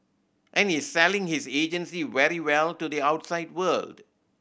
and he's selling his agency very well to the outside world